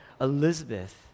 Elizabeth